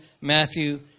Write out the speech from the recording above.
Matthew